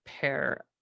pair